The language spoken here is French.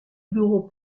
bureau